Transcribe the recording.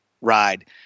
ride